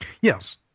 Yes